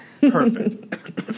Perfect